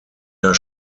der